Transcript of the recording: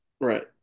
Right